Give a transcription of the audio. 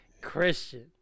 Christian